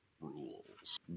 rules